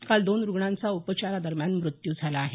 काल दोन रुग्णांचा उपचारादरम्यान मृत्यू झाला आहे